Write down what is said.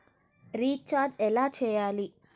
Recharge ఎలా చెయ్యాలి?